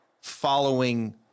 following